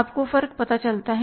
आपको फर्क पता चलता है